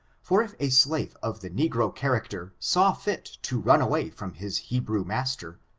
for if a slave of the negro character saw fit to run away from his hebrew master,